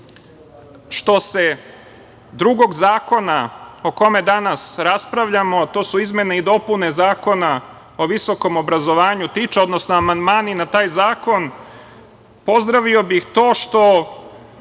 se drugog zakona tiče, o kome danas raspravljamo, to su izmene i dopune Zakona o visokom obrazovanju, odnosno amandmani na taj zakon, pozdravio bih to što